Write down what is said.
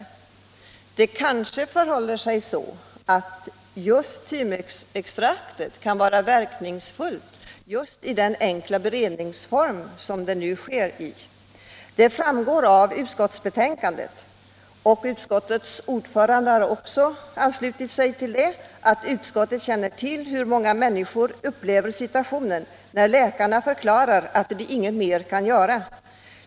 Det 1 december 1976 kanske förhåller sig så att tymusextraktet är verkningsfullt just idenna. I enkla beredningsform som den nu har. Vissa icke-konven Av utskottsbetänkandet framgår, och utskottets ordförande har anslutit — tionella behandsig till det, att utskottet känner till hur många människor upplever si — lingsmetoder inom tuationen när läkarna förklarar att de inget mer kan göra.